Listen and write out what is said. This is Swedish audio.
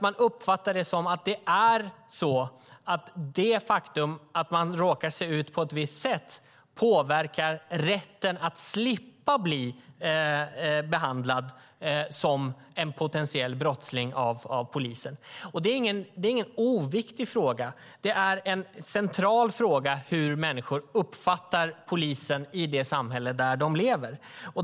Man uppfattar att det faktum att man råkar se ut på ett visst sätt påverkar rätten att slippa bli behandlad som en potentiell brottsling av polisen, och det är ingen oviktig fråga. Det är en central fråga hur människor uppfattar polisen i det samhälle där de lever.